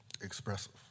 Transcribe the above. expressive